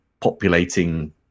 populating